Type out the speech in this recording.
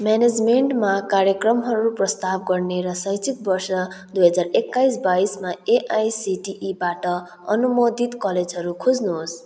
म्यानेजमेन्टमा कार्यक्रमहरू प्रस्ताव गर्ने र शैक्षिक वर्ष दुई हजार एक्काइस बाइसमा एआइसिटिईबाट अनुमोदित कलेजहरू खोज्नुहोस्